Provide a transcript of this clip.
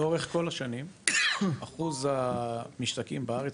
לאורך כל השנים אחוז המשתקעים בארץ,